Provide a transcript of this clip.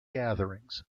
gatherings